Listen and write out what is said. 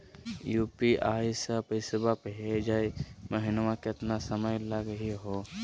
UPI स पैसवा भेजै महिना केतना समय लगही हो?